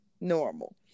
normal